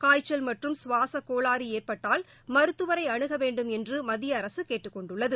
காய்ச்சல் மற்றும் சுவாசக் கோளாறுஏற்பட்டால் மருத்துவரைஅணுகவேண்டும் என்றுமத்திய அரசுகேட்டுக் கொண்டுள்ளது